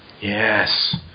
Yes